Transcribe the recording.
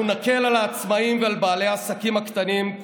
אנחנו נקל על העצמאים ועל בעלי עסקים הקטנים,